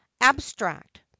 abstract